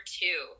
two